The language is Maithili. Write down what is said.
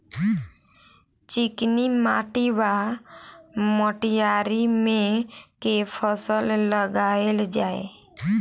चिकनी माटि वा मटीयारी मे केँ फसल लगाएल जाए?